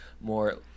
more